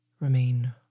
remain